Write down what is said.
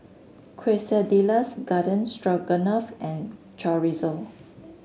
Quesadillas Garden Stroganoff and Chorizo